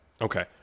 okay